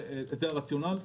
זה הרציונל: